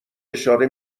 اشاره